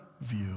view